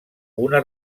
una